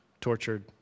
tortured